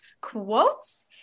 quotes